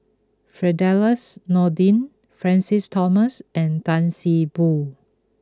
Firdaus Nordin Francis Thomas and Tan See Boo